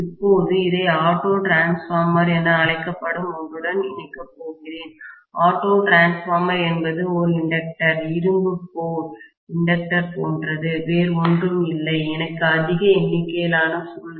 இப்போது இதை auto transformer என அழைக்கப்படும் ஒன்றுடன் இணைக்கப் போகிறேன் ஆட்டோ டிரான்ஸ்பார்மர் என்பது ஒரு இண்டக்டர் இரும்பு கோர் இண் டக்டர் போன்றது வேறு ஒன்றும் இல்லை எனக்கு அதிக எண்ணிக்கையிலான சுருள்கள் உள்ளன